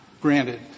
Granted